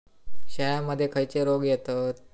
शेळ्यामध्ये खैचे रोग येतत?